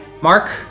Mark